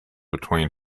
between